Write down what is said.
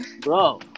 bro